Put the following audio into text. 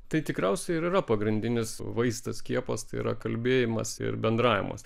tai tikriausiai ir yra pagrindinis vaistas skiepas tai yra kalbėjimas ir bendravimas